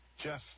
Jeff